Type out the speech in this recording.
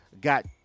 got